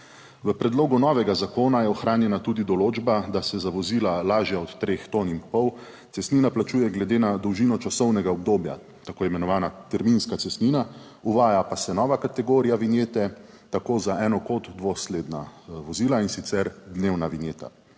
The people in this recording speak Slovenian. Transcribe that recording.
V predlogu novega zakona je ohranjena tudi določba, da se za vozila, lažja od 3,5 tone cestnina plačuje glede na dolžino časovnega obdobja tako imenovana terminska cestnina. Uvaja pa se nova kategorija vinjete, tako za eno, kot dvosledna vozila, in sicer dnevna vinjeta.